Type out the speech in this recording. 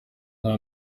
nka